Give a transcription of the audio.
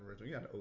original